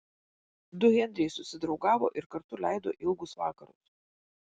du henriai susidraugavo ir kartu leido ilgus vakarus